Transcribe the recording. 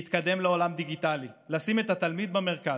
להתקדם לעולם דיגיטלי, לשים את התלמיד במרכז,